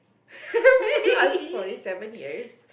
put us forty seven years